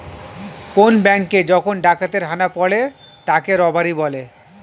কোন ব্যাঙ্কে যখন ডাকাতের হানা পড়ে তাকে রবারি বলে